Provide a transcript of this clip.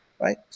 right